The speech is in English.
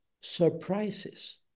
surprises